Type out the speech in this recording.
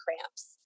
cramps